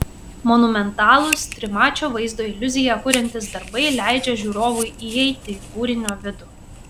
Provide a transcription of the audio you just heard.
monumentalūs trimačio vaizdo iliuziją kuriantys darbai leidžia žiūrovui įeiti į kūrinio vidų